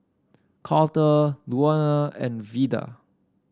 Carter Luana and Veda